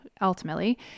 ultimately